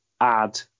add